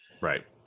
Right